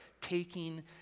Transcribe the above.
taking